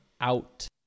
out